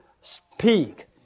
speak